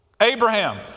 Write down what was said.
Abraham